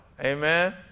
amen